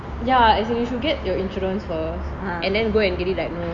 ya as in you should get your insurance first and then go and get it diagnosed